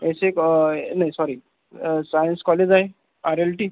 S A कॉ नाही sorry science college आहे आर एल टी